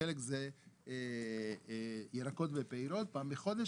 וחלק זה ירקות ופירות פעם בחודש,